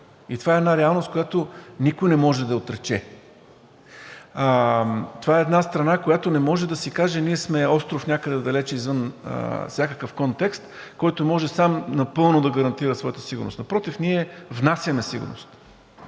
И това е една реалност, която никой не може да отрече. Това е една страна, която не може да си каже: „Ние сме остров някъде далеч извън всякакъв контекст, който може сам напълно да гарантира своята сигурност.“ Напротив, ние внасяме сигурност.